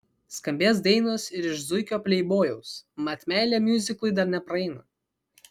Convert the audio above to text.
skambės dainos ir iš zuikio pleibojaus mat meilė miuziklui dar nepraeina